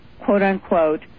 quote-unquote